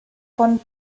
von